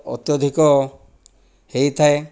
ଅତ୍ୟଧିକ ହେଇଥାଏ